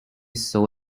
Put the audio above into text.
saw